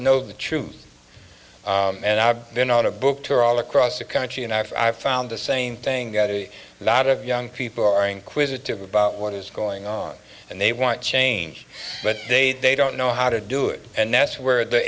know the truth and i've been on a book tour all across the country in africa i found the same thing that a lot of young people are inquisitive about what is going on and they want change but they they don't know how to do it and that's where the